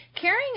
Carrying